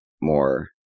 more